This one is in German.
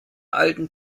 alten